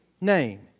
name